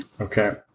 Okay